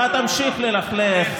אתה תמשיך ללכלך.